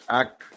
act